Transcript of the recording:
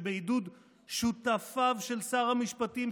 שבעידוד שותפיו של שר המשפטים,